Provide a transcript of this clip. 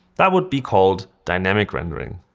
that would be called dynamic rendering,